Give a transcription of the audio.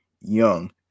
young